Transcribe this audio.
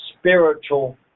spiritual